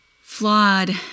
flawed